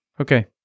Okay